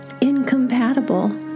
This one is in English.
incompatible